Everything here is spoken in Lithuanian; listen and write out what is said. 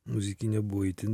muzikinė buvo itin